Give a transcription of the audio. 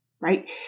right